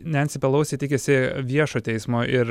nensi pelousi tikisi viešo teismo ir